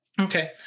Okay